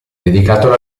dedicato